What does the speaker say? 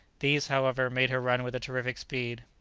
these, however, made her run with a terrific speed.